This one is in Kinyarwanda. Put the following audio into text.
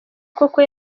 koko